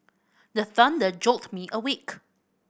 the thunder jolt me awake